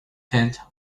tent